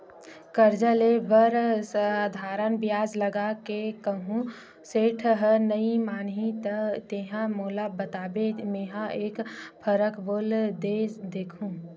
करजा ले बर साधारन बियाज लगा के कहूँ सेठ ह नइ मानही त तेंहा मोला बताबे मेंहा एक फरक बोल के देखहूं